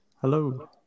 Hello